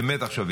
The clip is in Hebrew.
באמת עכשיו.